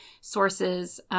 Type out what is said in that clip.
sources